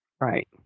Right